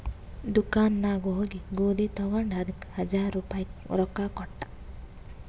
ದುಕಾನ್ ನಾಗ್ ಹೋಗಿ ಗೋದಿ ತಗೊಂಡ ಅದಕ್ ಹಜಾರ್ ರುಪಾಯಿ ರೊಕ್ಕಾ ಕೊಟ್ಟ